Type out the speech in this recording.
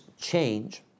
change